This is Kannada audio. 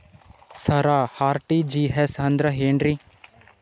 ಸರ ಆರ್.ಟಿ.ಜಿ.ಎಸ್ ಅಂದ್ರ ಏನ್ರೀ?